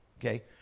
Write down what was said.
Okay